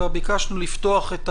אלא ביקשנו לפתוח את